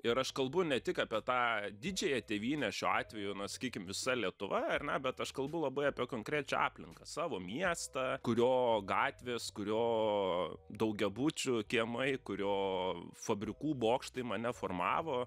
ir aš kalbu ne tik apie tą didžiąją tėvynę šiuo atveju na sakykim visa lietuva ar ne bet aš kalbu labai apie konkrečią aplinką savo miestą kurio gatvės kurio daugiabučių kiemai kurio fabrikų bokštai mane formavo